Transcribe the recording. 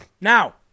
Now